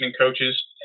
coaches